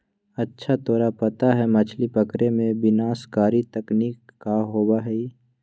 अच्छा तोरा पता है मछ्ली पकड़े में विनाशकारी तकनीक का होबा हई?